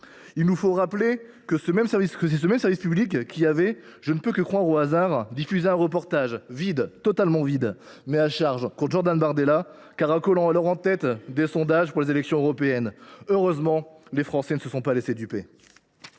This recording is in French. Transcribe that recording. il faut le rappeler, c’est ce même service public qui avait – je ne peux que croire à un pur hasard – diffusé un reportage, totalement vide, mais à charge, sur Jordan Bardella, qui caracolait alors en tête des sondages pour les élections européennes. Heureusement, les Français ne se sont pas laissé duper…